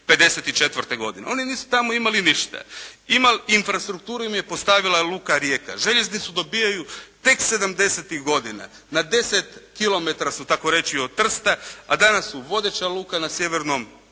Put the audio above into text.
'54. godine. Oni nisu tamo imali ništa! Infrastrukturu im je postavila luka Rijeka, željeznicu dobivaju tek sedamdesetih godina. Na deset kilometara su takoreći od Trsta, a danas su vodeća luka na sjevernom